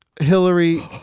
Hillary